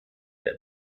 der